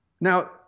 Now